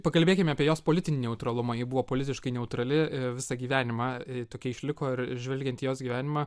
pakalbėkime apie jos politinį neutralumą ji buvo politiškai neutrali visą gyvenimą tokia išliko ir žvelgiant į jos gyvenimą